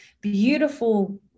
beautiful